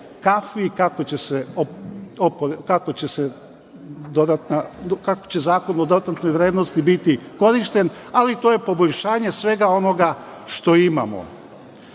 kako će Zakon o dodatnoj vrednosti biti korišćen, ali to je poboljšanje svega onoga što